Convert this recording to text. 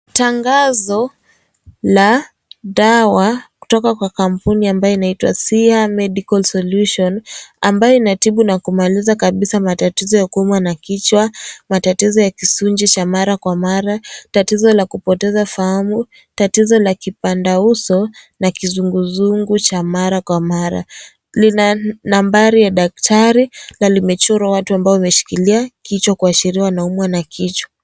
Tangazo la dawa kutoka kwa kampuni ambayo inayoitwa Siha Medical Solution ambayo inatibu na kumaliza kabisa matatizo ya kuumwa na kichwa, matatizo ya kisunzi cha mara kwa mara, tatizo la kupoteza fahamu, tatizo la kipinda uso na kizunguzungu cha mara kwa mara. Lina nambari ya daktari na limechorwa watu ambao wameshikilia kichwa kuashiria wanaumwa na kichwa.